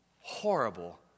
horrible